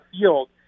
field